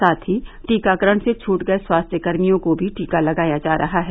साथ ही टीकाकरण से छूट गए स्वास्थ्यकर्मियों को भी टीका लगाया जा रहा है